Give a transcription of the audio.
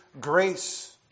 grace